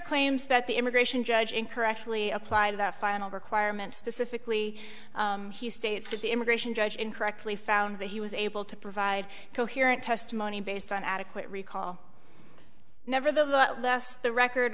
claims that the immigration judge incorrectly applied that final requirement specifically he states that the immigration judge incorrectly found that he was able to provide coherent testimony based on adequate recall never the less the record